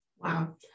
Wow